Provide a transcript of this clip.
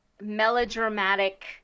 melodramatic